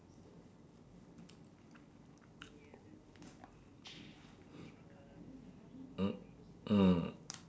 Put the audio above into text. mm